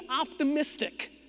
optimistic